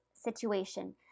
situation